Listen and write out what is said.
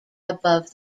above